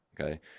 Okay